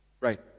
Right